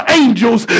angels